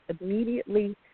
immediately